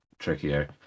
trickier